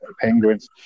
Penguins